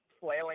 flailing